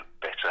better